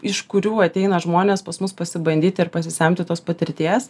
iš kurių ateina žmonės pas mus pasibandyti ir pasisemti tos patirties